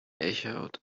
echoed